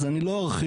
אז אני לא ארחיב,